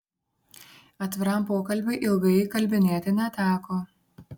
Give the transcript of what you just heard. atviram pokalbiui ilgai įkalbinėti neteko